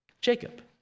Jacob